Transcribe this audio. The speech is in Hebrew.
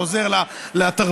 זה עוזר לה לתרבות,